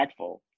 impactful